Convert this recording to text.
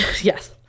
yes